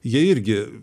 jie irgi